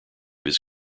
his